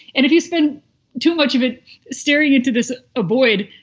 and if you spend too much of it staring into this avoid,